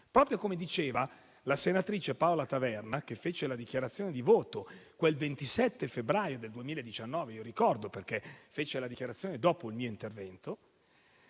Proprio come diceva la senatrice Paola Taverna, che fece la dichiarazione di voto quel 27 febbraio del 2019 - lo ricordo perché intervenne dopo di me - il reddito